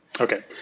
okay